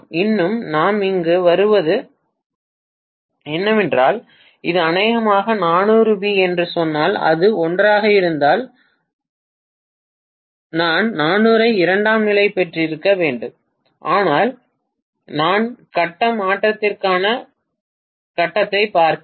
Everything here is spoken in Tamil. இன்னும் நாம் இங்கு வருவது என்னவென்றால் இது அநேகமாக 400 வி என்று சொன்னால் அது 1 ஆக இருந்தால் 1 ஆக இருந்தால் நான் 400 ஐ இரண்டாம் நிலை பெற்றிருக்க வேண்டும் ஆனால் நான் கட்டம் மாற்றத்திற்கான கட்டத்தைப் பார்க்கிறேன்